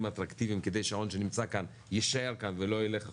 אטרקטיביים כדי שההון שנמצא כאן יישאר כאן ולא ילך החוצה,